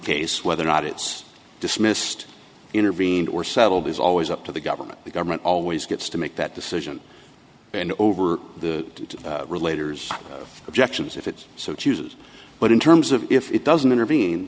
case whether or not it's dismissed intervened or settled is always up to the government the government always gets to make that decision bend over the relator objections if it's so chooses but in terms of if it doesn't intervene